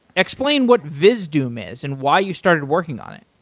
explain what vizdoom is and why you started working on it.